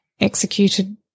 executed